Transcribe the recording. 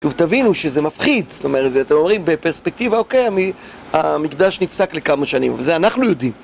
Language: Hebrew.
ותבינו שזה מפחיד, זאת אומרת, אתם אומרים בפרספקטיבה, אוקיי, המקדש נפסק לכמה שנים, וזה אנחנו יודעים.